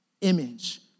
image